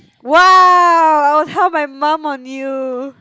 !wow! I will tell my mum on you